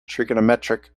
trigonometric